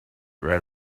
right